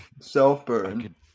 Self-burn